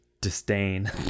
disdain